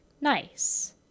nice